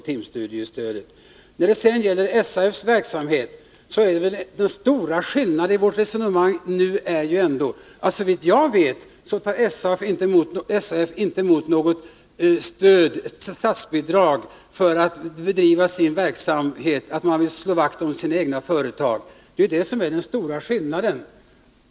Den stora skillnaden mellan den här verksamheten och den som SAF bedriver är att såvitt jag vet tar SAF inte emot statsbidrag för att bedriva sin verksamhet för att slå vakt om sina egna företag.